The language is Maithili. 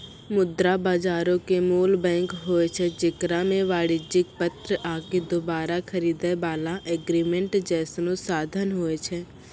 मुद्रा बजारो के मूल बैंक होय छै जेकरा मे वाणिज्यक पत्र आकि दोबारा खरीदै बाला एग्रीमेंट जैसनो साधन होय छै